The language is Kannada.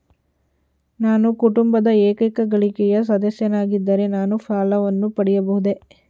ನಾನು ಕುಟುಂಬದ ಏಕೈಕ ಗಳಿಕೆಯ ಸದಸ್ಯನಾಗಿದ್ದರೆ ನಾನು ಸಾಲವನ್ನು ಪಡೆಯಬಹುದೇ?